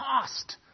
cost